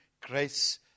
grace